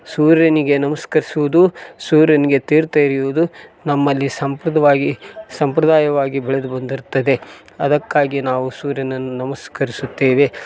ಸೂರ್ಯನಿಗೆ ನಮಸ್ಕರಿಸುವುದು ಸೂರ್ಯನಿಗೆ ತೀರ್ಥ ಎರೆಯುವುದು ನಮ್ಮಲ್ಲಿ ಸಂಪ್ರದವಾಗಿ ಸಂಪ್ರದಾಯವಾಗಿ ಬೆಳೆದು ಬಂದಿರ್ತದೆ ಅದಕ್ಕಾಗಿ ನಾವು ಸೂರ್ಯನನ್ನು ನಮಸ್ಕರಿಸುತ್ತೇವೆ